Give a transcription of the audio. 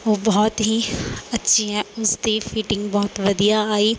ਉਹ ਬਹੁਤ ਹੀ ਅੱਛੀ ਹੈ ਉਸ ਦੀ ਫਿਟਿੰਗ ਬਹੁਤ ਵਧੀਆ ਆਈ